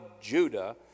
Judah